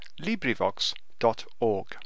LibriVox.org